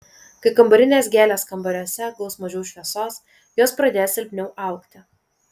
kai kambarinės gėlės kambariuose gaus mažiau šviesos jos pradės silpniau augti